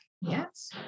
Yes